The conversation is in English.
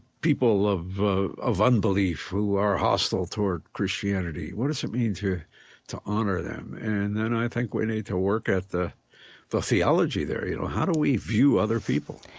people of of unbelief who are hostile toward christianity? what does it mean to to honor them? and then i think we need to work at the the theology there, you know. how do we view other people?